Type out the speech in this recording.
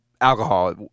alcohol